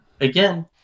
again